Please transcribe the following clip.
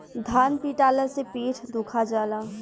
धान पिटाला से पीठ दुखा जाला